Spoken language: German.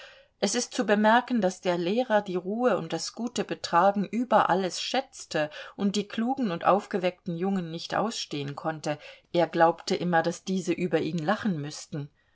es ist zu bemerken daß der lehrer die ruhe und das gute betragen über alles schätzte und die klugen und aufgeweckten jungen nicht ausstehen konnte er glaubte immer daß diese über ihn lachen müßten